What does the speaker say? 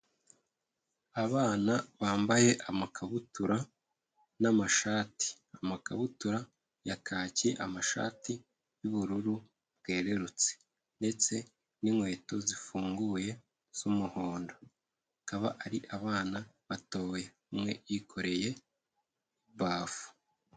Abana bambaye amakabutura n'amashati, amakabutura ya kaki amashati y'ubururu bwerurutse ndetse n'inkweto zifunguye z'umuhondo, akaba ari abana batowe umwe yikoreye bafu.